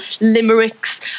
limericks